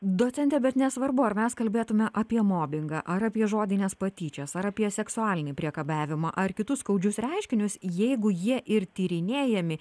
docente bet nesvarbu ar mes kalbėtumėme apie mobingą ar apie žodines patyčias ar apie seksualinį priekabiavimą ar kitus skaudžius reiškinius jeigu jie ir tyrinėjami